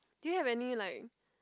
do you have any like